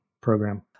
program